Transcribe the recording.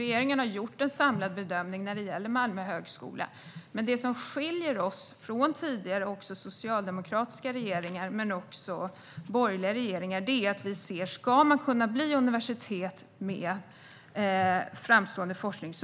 Regering har gjort en samlad bedömning när det gäller Malmö högskola. Det som skiljer oss från tidigare regeringar - både socialdemokratiska och borgerliga sådana - är att vi anser att basanslagen måste öka för att man ska kunna bli ett universitet med framstående forskning.